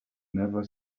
never